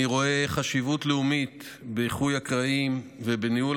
אני רואה חשיבות לאומית באיחוי הקרעים ובניהול